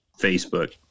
Facebook